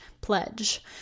pledge